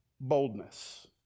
boldness